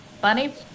Bunny